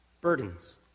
Burdens